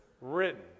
written